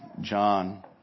John